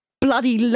bloody